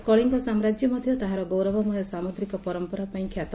କଳିଙ୍ ସାମ୍ରାଜ୍ୟ ମଧ୍ଧ ତାହାର ଗୌରବମୟ ସାମୁଦ୍ରିକ ପରମ୍ପରା ପାଇଁ ଖ୍ୟାତ